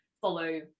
follow